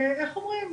ואיך אומרים?